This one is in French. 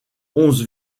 onze